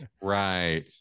Right